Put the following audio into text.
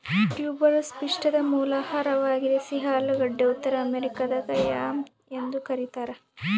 tuberous ಪಿಷ್ಟದ ಮೂಲ ಆಹಾರವಾಗಿದೆ ಸಿಹಿ ಆಲೂಗಡ್ಡೆ ಉತ್ತರ ಅಮೆರಿಕಾದಾಗ ಯಾಮ್ ಎಂದು ಕರೀತಾರ